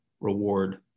reward